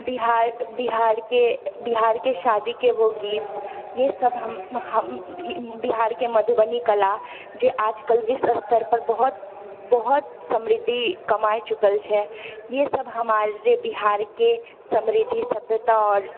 बिहार बिहारके बिहारके शादी के वो गीत ये सब हम हम बिहारके मधुबनी कला जे आजकल विश्व स्तर पर बहुत बहुत समृद्धि कमाय चुकल छै ये सब हमारे बिहारके समृद्धि सभ्यता और